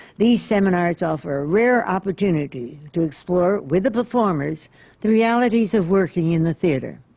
these seminars offer a rare opportunity to explore with the performers the realities of working in the theatre.